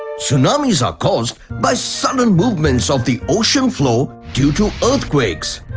tsunamis are caused by sudden movements of the ocean floor, due to earthquakes.